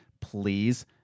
Please